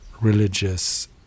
religious